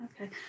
okay